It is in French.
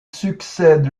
succède